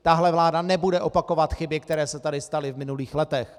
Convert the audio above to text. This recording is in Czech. Tahle vláda nebude opakovat chyby, které se tady staly v minulých letech.